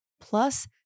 plus